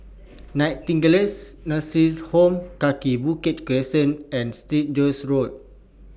Nightingale Nursing Home Kaki Bukit Crescent and Saint George's Road